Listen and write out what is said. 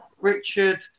Richard